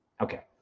Okay